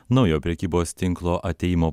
naujo prekybos tinklo atėjimo